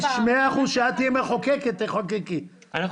כשאת תהיי מחוקקת, תחוקקי מאה אחוז.